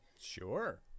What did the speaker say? Sure